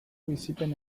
bizipen